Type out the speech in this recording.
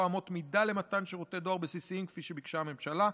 אמות מידה למתן שירותי דואר בסיסיים כפי שביקשה הממשלה,